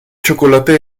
chocolate